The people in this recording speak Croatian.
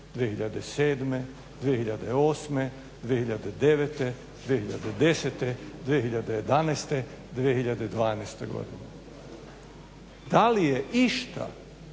2007., 2008., 2009., 2010., 2011., 2012. godine? Da li je išta,